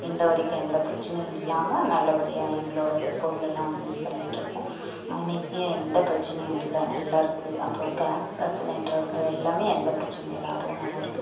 இந்த வரைக்கும் எந்த பிரச்சினையும் இல்லாமல் நல்ல படியாக எங்களோடய பொருளெல்லாம் வந்து யூஸ் பண்ணிட்டுருக்கோம் மிக்சியும் எந்த பிரச்சினையும் இல்லை நல்லா இருக்குது அப்புறோம் கேஸ் சிலிண்ட்ரு வந்து எல்லாமே எந்த பிரச்சினையும் இல்லை அதுவும் நல்லாருக்குது